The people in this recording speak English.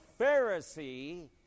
Pharisee